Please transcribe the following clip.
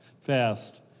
fast